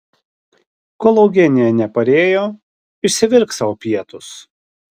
kol eugenija neparėjo išsivirk sau pietus